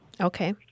Okay